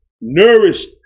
nourished